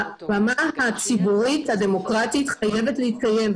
הבמה הציבורית הדמוקרטית חייבת להתקיים.